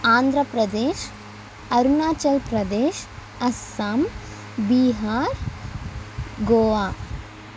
Andhra Pradesh Arunachal Pradesh Assam Bihar Goa